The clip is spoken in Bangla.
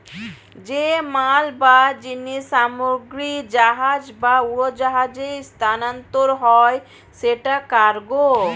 যে মাল বা জিনিস সামগ্রী জাহাজ বা উড়োজাহাজে স্থানান্তর হয় সেটা কার্গো